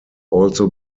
also